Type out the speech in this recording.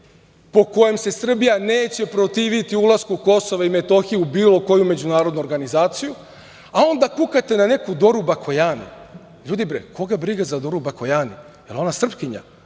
po kojem se Srbija neće protiviti ulasku Kosova i Metohije u bilo koju međunarodnu organizaciju, a onda kukate na neku Doru Bakojani. Ljudi, koga briga za Dou Bakojani? Da li je ona srpkinja?